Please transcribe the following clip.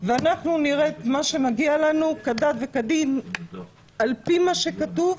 ואנחנו נראה את מה שמגיע לנו כדת וכדין על פי מה שכתוב,